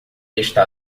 está